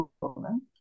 woman